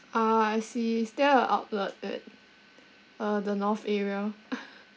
ah I see is there a outlet at uh the north area